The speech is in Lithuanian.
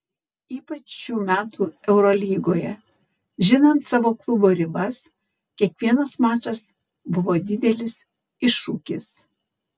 ypač šių metų eurolygoje žinant savo klubo ribas kiekvienas mačas buvo didelis iššūkis